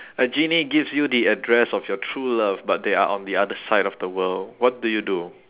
a genie gives you the address of your true love but they are on the other side of the world what do you do